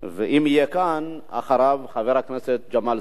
אם יהיה כאן, אחריו, חבר הכנסת ג'מאל זחאלקה.